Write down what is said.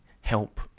help